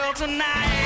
tonight